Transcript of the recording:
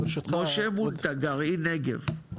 משה מונטג, גרעין נגב.